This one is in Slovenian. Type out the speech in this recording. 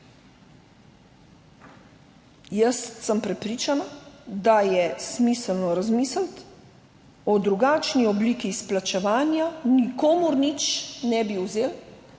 Jaz sem prepričana, da je smiselno razmisliti o drugačni obliki izplačevanja. Nikomur nič ne bi vzeli,